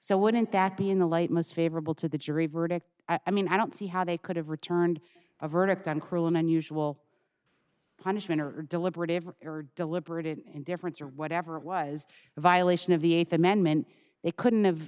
so wouldn't that be in the light most favorable to the jury verdict i mean i don't see how they could have returned a verdict on cruel and unusual punishment or deliberative or deliberate in indifference or whatever it was a violation of the th amendment they couldn't have